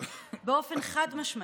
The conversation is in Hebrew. באופן חד-משמעי,